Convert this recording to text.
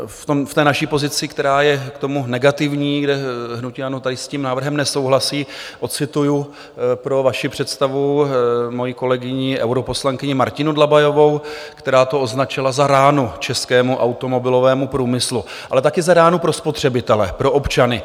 V té naší pozici, která je k tomu negativní, kde hnutí ANO tady s tím návrhem nesouhlasí, odcituji pro vaši představu moji kolegyni europoslankyni Martinu Dlabajovou, která to označila za ránu českému automobilovému průmyslu, ale taky za ránu pro spotřebitele, pro občany.